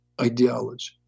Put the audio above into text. ideology